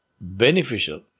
beneficial